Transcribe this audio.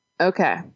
Okay